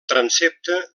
transsepte